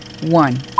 one